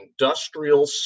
industrial